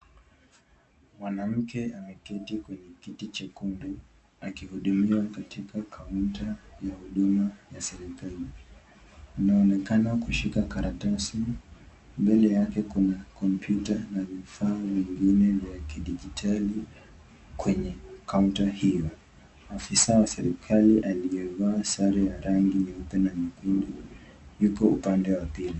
Mwanamke ameketi kwenye kiti chekundu akihudumiwa katika kaunta ya huduma ya serekali. Anaonekana kushika karatasi. Mbele yake kuna kompyuta na vifaa vingine vya kidijitali kwenye kaunta hii. Afisa wa serekali aliyevaa sare ya rangi ya nyekundu yuko upande wa pili.